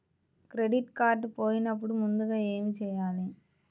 Credit card పోయినపుడు ముందుగా ఏమి చేయాలి?